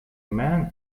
man